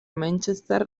manchester